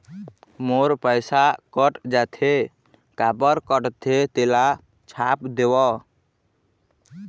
मोर पैसा कट जाथे काबर कटथे तेला छाप देव?